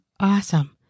awesome